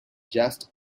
just